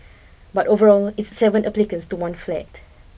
but overall it's seven applicants to one flat